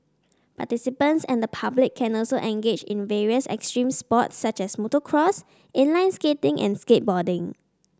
participants and the public can also engage in various extreme sports such as motocross inline skating and skateboarding